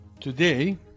today